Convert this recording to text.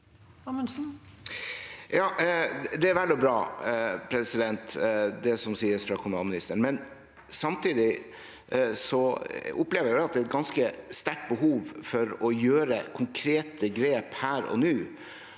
Det er vel og bra, det som sies fra kommunalministeren. Samtidig opplever jeg at det er et ganske sterkt behov for å gjøre konkrete grep her og nå.